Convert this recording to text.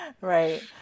Right